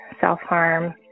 self-harm